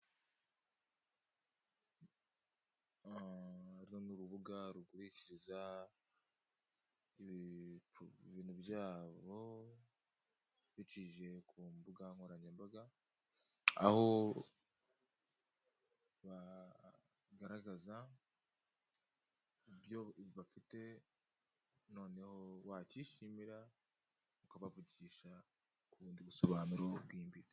Uru ni urubuga rugurishiriza ibintu byabo bicishije ku mbuga nkoranyambaga aho bagaragaza ibyo bafite noneho wakishimira ukabavugisha ku bundi busobanuro bwimbitse.